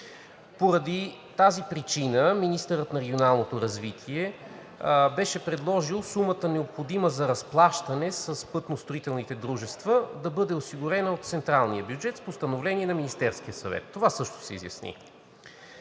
Поради тази причина министърът на регионалното развитие беше предложил сумата, необходима за разплащане с пътностроителните дружества, да бъде осигурена от централния бюджет с постановление на Министерския съвет – това също се изясни.